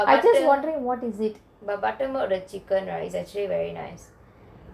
but butter but buttermilk the chicken is actually very nice